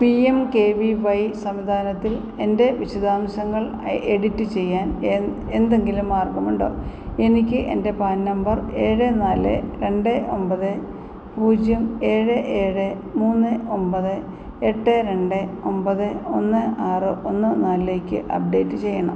P M K V Y സംവിധാനത്തിൽ എന്റെ വിശദാംശങ്ങൾ എഡിറ്റ് ചെയ്യാൻ എന്തെങ്കിലും മാർഗമുണ്ടോ എനിക്ക് എന്റെ പാൻ നമ്പർ ഏഴ് നാല് രണ്ട് ഒമ്പത് പൂജ്യം ഏഴ് ഏഴ് മൂന്ന് ഒമ്പത് എട്ട് രണ്ട് ഒമ്പത് ഒന്ന് ആറ് ഒന്ന് നാലിലേക്ക് അപ്ഡേറ്റ് ചെയ്യണം